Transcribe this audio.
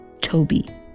Toby